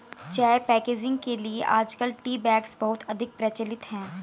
चाय पैकेजिंग के लिए आजकल टी बैग्स बहुत अधिक प्रचलित है